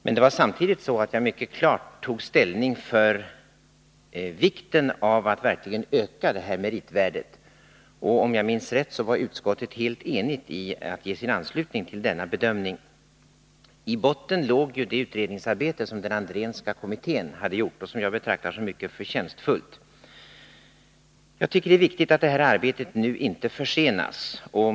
Men jag tog samtidigt mycket klart ställning för vikten av att verkligen öka detta meritvärde. Om jag minns rätt, var utskottet helt enigt iatt ge sin anslutning till denna bedömning. I botten låg det utredningsarbete som den Andrénska kommittén hade gjort och som jag betraktar som mycket förtjänstfullt. Jag tycker det är viktigt att detta arbete nu inte försenas.